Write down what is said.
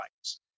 rights